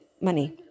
money